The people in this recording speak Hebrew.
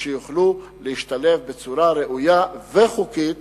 שיוכלו להשתלב בצורה ראויה וחוקית